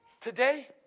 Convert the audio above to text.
today